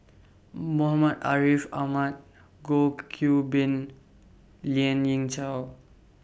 Muhammad Ariff Ahmad Goh Qiu Bin Lien Ying Chow